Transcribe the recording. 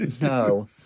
No